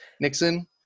Nixon